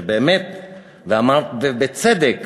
אמרת בצדק